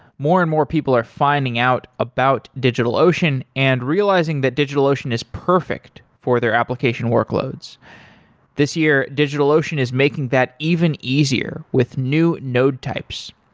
more and more, people are finding out about digitalocean and realizing that digitalocean is perfect for their application workloads this year, digitalocean is making that even easier with new node types.